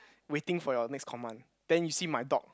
waiting for your next command then you see my dog